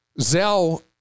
Zell